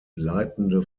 leitende